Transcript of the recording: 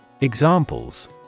Examples